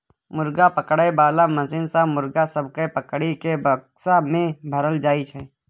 मुर्गा पकड़े बाला मशीन सँ मुर्गा सब केँ पकड़ि केँ बक्सा मे भरल जाई छै